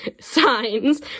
signs